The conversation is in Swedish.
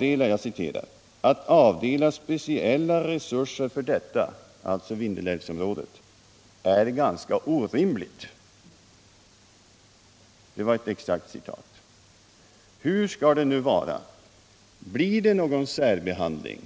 notera: Att avdela speciella resurser för detta — alltså Vindelälvsområdet — är ganska orimligt. Hur skall det nu vara? Blir det någon särbehandling?